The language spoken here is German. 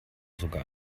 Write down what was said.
sogar